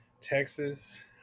Texas